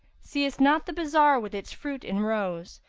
seest not the bazar with its fruit in rows?